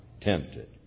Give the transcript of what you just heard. tempted